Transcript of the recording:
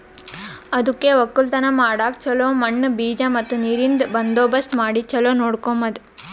ಅದುಕೆ ಒಕ್ಕಲತನ ಮಾಡಾಗ್ ಚೊಲೋ ಮಣ್ಣು, ಬೀಜ ಮತ್ತ ನೀರಿಂದ್ ಬಂದೋಬಸ್ತ್ ಮಾಡಿ ಚೊಲೋ ನೋಡ್ಕೋಮದ್